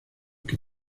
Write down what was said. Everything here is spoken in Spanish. que